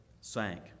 sank